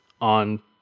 on